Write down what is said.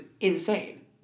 insane